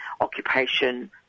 occupation